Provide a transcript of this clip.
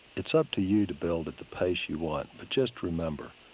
it's up to you to build at the pace you want, but just remember,